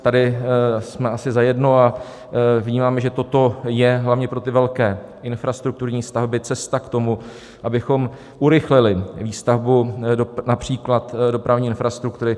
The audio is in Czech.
Tady jsme asi zajedno a vnímáme, že toto je hlavně pro velké infrastrukturní stavby cesta k tomu, abychom urychlili výstavbu například dopravní infrastruktury.